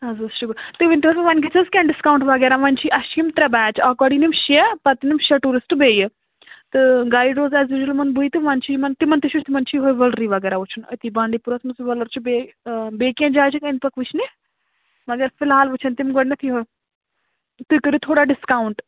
اَدٕ حظ شُہ تُہۍ ؤنۍ تَو حظ ؤنۍ گژھِ حظ کیٚنہہ ڈِسکاوٕنٹ وغیرہ ؤنۍ چھِ یِم اَسہِ چھِ یِم ترٛےٚ بیچ گۄڈٕ ین یِم شےٚ پَتہٕ شےٚ ٹوٗرسٹ بیٚیہِ تہٕ گایڈ روزِ ایز یوٗجوَل یِمَن بٕے تہٕ ؤنۍ چھِ یِمَن تِمَن تہِ چھِ تِمَن چھِ یِہٕے وٕلرٕے وغیرہ وُچھُن أتۍ بانڈی پوٗرَس منٛز وَلُر چھِ بیٚیہِ بیٚیہِ کیٚنہہ جایہِ چھِکھ وُچھنہِ مگر فِلحال وٕچھَن تِم گۄڈٕنٮ۪تھ یِہٕے تُہۍ کٔرِو تھوڑا ڈِسکاوُنٛٹ